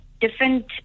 different